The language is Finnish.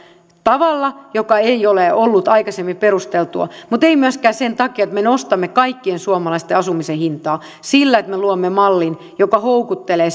tavalla joka ei ole ollut aikaisemmin perusteltua mutta ei myöskään sen takia että me nostamme kaikkien suomalaisten asumisen hintaa sillä että me luomme mallin joka houkuttelee